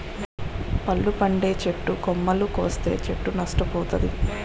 పళ్ళు పండే చెట్టు కొమ్మలు కోస్తే చెట్టు నష్ట పోతాది